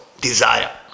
Desire